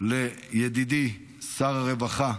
לידידי שר הרווחה,